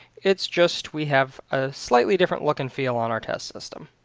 it's just we have a slightly different look and feel on our test system.